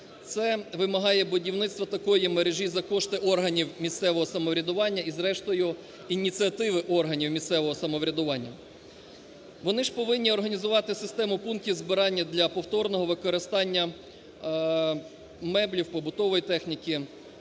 Це вимагає будівництво такої мережі за кошти органів місцевого самоврядування і, зрештою, ініціативи органів місцевого самоврядування. Вони ж повинні організувати систему пунктів збирання для повторного використання меблів, побутової техніки,